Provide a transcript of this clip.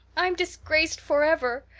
i'm disgraced forever.